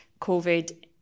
COVID